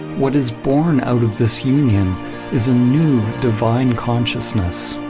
what is born out of this union is a new divine consciousness,